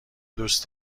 دوست